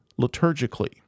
liturgically